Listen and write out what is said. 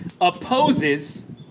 opposes